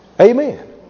Amen